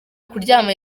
kuryama